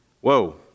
Whoa